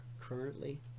currently